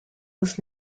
was